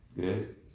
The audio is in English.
good